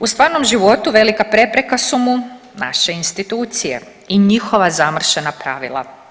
U stvarnom životu velika prepreka su mu naše institucije i njihova zamršena pravila.